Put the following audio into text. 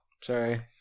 Sorry